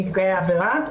לנפגעי העבירה.